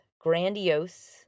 grandiose